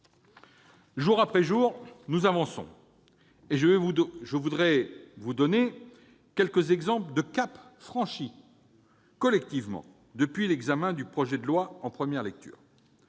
Jour après jour, nous avançons. Je voudrais vous donner quelques exemples de caps franchis collectivement depuis l'examen du projet de loi en première lecture.